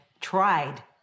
tried